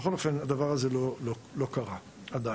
בכל אופן, הדבר הזה לא קרה עדיין.